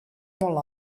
molt